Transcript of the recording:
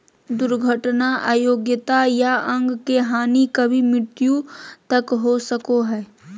दुर्घटना अयोग्यता या अंग के हानि कभी मृत्यु तक हो सको हइ